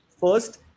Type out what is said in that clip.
first